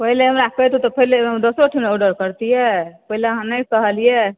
पहिले हमरा कहितहुॅं तऽ पहिले हम दोसरो ठाम ऑर्डर कैरतियै पहिले अहाँ नहि कहलियै